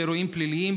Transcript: באירועים פליליים,